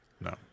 No